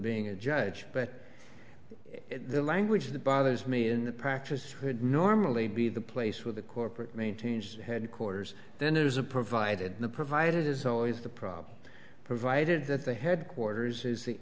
being a judge but the language that bothers me in the practice would normally be the place where the corporate maintains headquarters then it is a provided the provided is always the problem provided that the headquarters is the